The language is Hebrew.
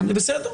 בסדר.